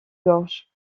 gorges